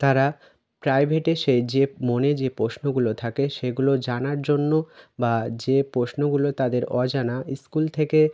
তারা প্রাইভেটে সে যে মনে যে প্রশ্নগুলো থাকে সেগুলো জানার জন্য বা যে প্রশ্নগুলো তাদের অজানা স্কুল থেকে